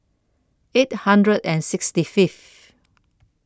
eight hundred and sixty Fifth